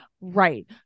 Right